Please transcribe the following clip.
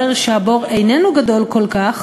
ההחלטות נפלו בבג"ץ,